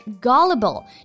gullible